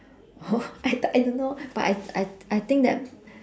oh I th~ I don't know but I I I think that